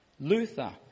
Luther